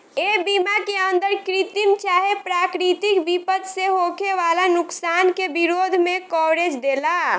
ए बीमा के अंदर कृत्रिम चाहे प्राकृतिक विपद से होखे वाला नुकसान के विरोध में कवरेज देला